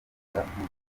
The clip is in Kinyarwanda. mpuzabitsina